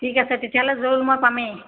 ঠিক আছে তেতিয়াহ'লে জৰুৰ মই পামেই